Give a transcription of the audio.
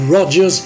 Rogers